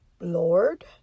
Lord